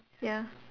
ya